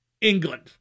England